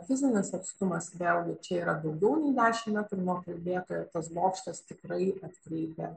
fizinis atstumas vėlgi čia yra daugiau nei dešimt metrų nuo kalbėtojo tas bokštas tikrai atkreipia